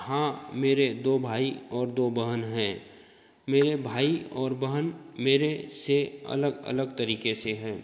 हाँ मेरे दो भाई और दो बहन हैं मेरे भाई और बहन मेरे से अलग अलग तरीके से हैं